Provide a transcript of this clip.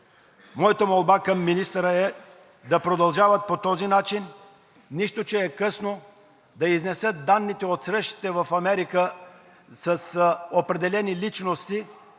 моята молба към министъра е да продължават по този начин, нищо, че е късно, да изнесат данните от срещите в Америка с определени личности